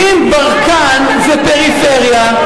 אם ברקן זה פריפריה,